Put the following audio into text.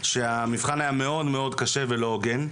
שהמבחן היה מאוד קשה ולא הוגן.